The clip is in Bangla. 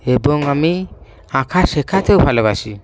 এবং আমি আঁকা শেখাতেও ভালোবাসি